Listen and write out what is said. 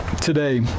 today